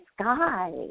sky